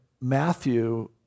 Matthew